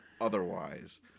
otherwise